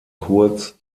kurz